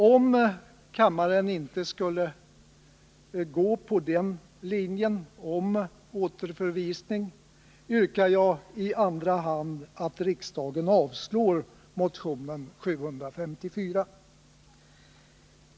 Om kammaren inte skulle bifalla yrkandet om återförvisning yrkar jag i andra hand att riksdagen avslår motionen 754.